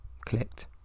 clicked